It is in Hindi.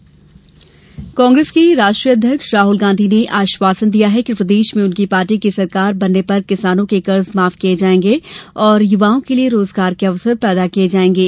राहुल रोजगार कांग्रेस के राष्ट्रीय अध्यक्ष राहुल गांधी ने आश्वासन दिया है कि प्रदेश में उनकी पार्टी की सरकार बनने पर किसानों के कर्ज माफ किये जायेंगे और युवाओं के लिये रोजगार के अवसर पैदा किये जायेंगे